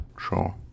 Sure